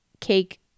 cake